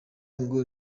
ngo